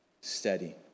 steady